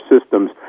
systems